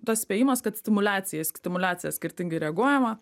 tas spėjimas kad stimuliacija į stimuliaciją skirtingai reaguojama